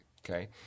Okay